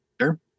Sure